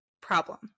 problem